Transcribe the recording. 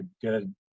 good